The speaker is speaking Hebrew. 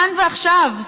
כאן ועכשיו,